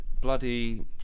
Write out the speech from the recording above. bloody